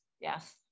yes